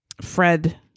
Fred